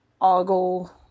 ogle